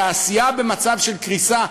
התעשייה במצב של קריסה,